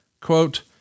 quote